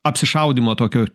apsišaudymo tokio